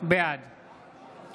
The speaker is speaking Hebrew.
בעד נאור שירי, בעד